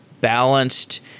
balanced